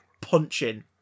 punching